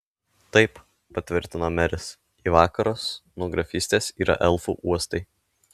taip patvirtino meris į vakarus nuo grafystės yra elfų uostai